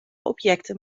objecten